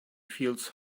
feels